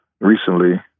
Recently